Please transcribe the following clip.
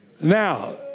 Now